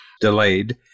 delayed